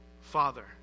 Father